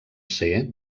ser